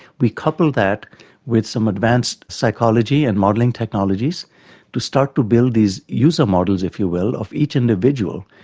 we couple that with some advanced psychology and modelling technologies to start to build these user models, if you will, of each individual,